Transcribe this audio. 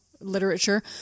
literature